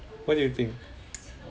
what do you think